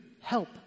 help